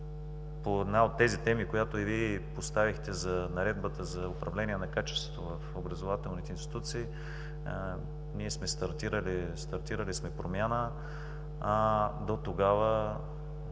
по една от тези теми, която и Вие поставихте – за Наредбата за управление на качеството в образователните институции, ние сме стартирали промяна. Дотогава